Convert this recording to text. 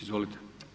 Izvolite.